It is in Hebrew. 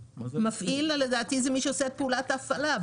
מפעיל, לדעתי, הוא מי שעושה את פעולת ההפעלה.